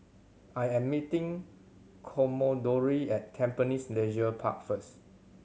I am meeting Commodore at Tampines Leisure Park first